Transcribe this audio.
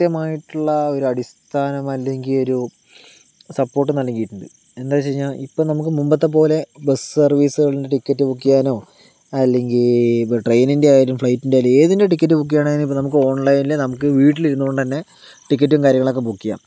കൃത്യമായിട്ടുള്ള ആ ഒരു അടിസ്ഥാനം അല്ലെങ്കിൽ ഒരു സപ്പോർട്ട് നൽകിയിട്ടുണ്ട് എന്താ എന്ന് വെച്ച് കഴിഞ്ഞാൽ ഇപ്പോൾ നമുക്ക് മുൻപത്തെ പോലെ ബസ് സർവീസുകളുടെ ടിക്കറ്റ് ബുക്ക് ചെയ്യാനോ അല്ലെങ്കിൽ ഇപ്പോൾ ട്രെയിനിൻ്റെ ആയാലും ഫ്ലൈറ്റിൻ്റെ ആയാലും ഏതിൻ്റെ ടിക്കറ്റ് ബുക്ക് ചെയ്യണം എങ്കിലും ഓൺലൈനിൽ നമുക്ക് വീട്ടിൽ ഇരുന്നു കൊണ്ടു തന്നെ ടിക്കറ്റ് കാര്യങ്ങളൊക്കെ ബുക്ക് ചെയ്യാം